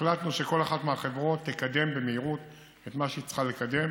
החלטנו שכל אחת מהחברות תקדם במהירות את מה שהיא צריכה לקדם,